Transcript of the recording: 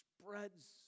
spreads